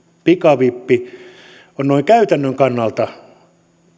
pikavippi on noin käytännön kannalta